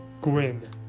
Gwen